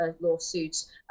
lawsuits